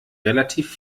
relativ